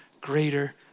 greater